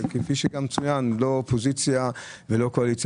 וכפי שגם צוין: לא אופוזיציה ולא קואליציה.